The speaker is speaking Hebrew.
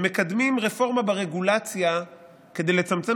הם מקדמים רפורמה ברגולציה כדי לצמצם